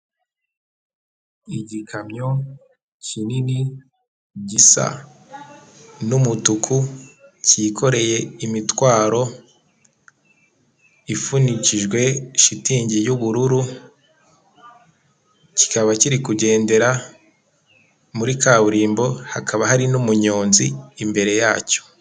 Igikamyo kinini gisa n'umutuku cyikoreye imitwaro ifunikijwe shitingi y'ubururu kikaba kiri kugendera muri kaburimbo hakaba hari n'umunyonzi imbere yacyo.